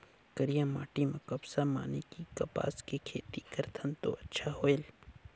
करिया माटी म कपसा माने कि कपास के खेती करथन तो अच्छा होयल?